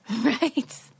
Right